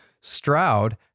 Stroud